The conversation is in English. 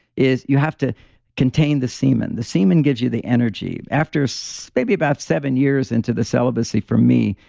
is you have to contain the semen. the semen gives you the energy. after so maybe about seven years into the celibacy for me,